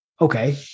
okay